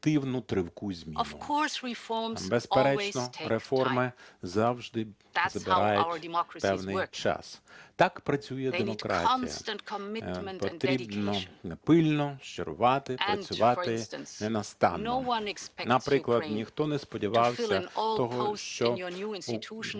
Безперечно, реформи завжди забирають певний час. Так працює демократія. Потрібно пильно шарувати, працювати ненастанно. Наприклад, ніхто не сподівався того, що на ваших